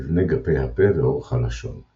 מבנה גפי הפה ואורך הלשון –